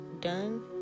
done